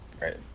Right